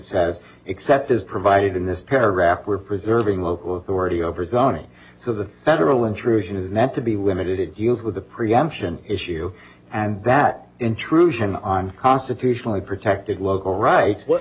says except as provided in this paragraph we're preserving local authority over zoning so the federal intrusion is meant to be limited it deals with the preemption issue and that intrusion on constitutionally protected local rights